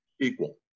equal